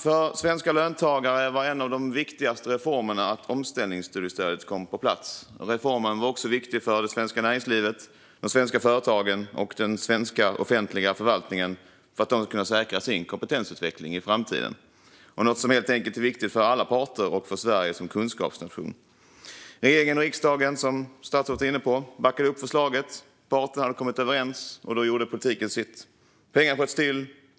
För svenska löntagare var en av de viktigaste reformerna att omställningsstudiestödet kom på plats. Reformen var också viktig för att det svenska näringslivet, de svenska företagen och den svenska offentliga förvaltningen ska kunna säkra sin kompetensutveckling i framtiden. Det är helt enkelt viktigt för alla parter och för Sverige som kunskapsnation. Regeringen och riksdagen backade, som statsrådet var inne på, upp förslaget. Parterna hade kommit överens, och då gjorde politiken sitt. Pengar sköts till.